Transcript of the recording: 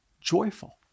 joyful